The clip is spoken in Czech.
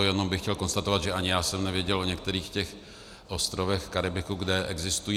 Jenom bych chtěl konstatovat, že ani já jsem nevěděl o některých těch ostrovech v Karibiku, kde existují.